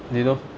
do you know